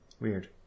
Weird